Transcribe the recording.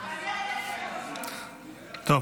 טוב,